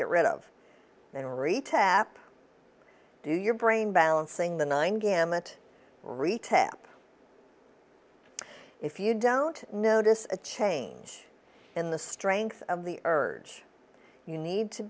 get rid of then retest do your brain balancing the nine gamut retail if you don't notice a change in the strength of the urge you need to